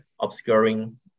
obscuring